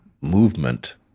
movement